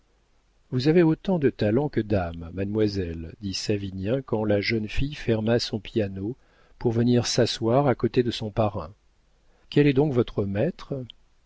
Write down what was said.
vous avez autant de talent que d'âme mademoiselle dit savinien quand la jeune fille ferma son piano pour venir s'asseoir à côté de son parrain quel est donc votre maître